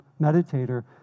meditator